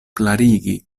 klarigi